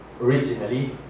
originally